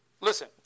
Listen